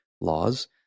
laws